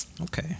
Okay